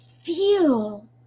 feel